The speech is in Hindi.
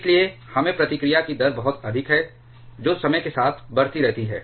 इसलिए हमें प्रतिक्रिया की दर बहुत अधिक है जो समय के साथ बढ़ती रहती है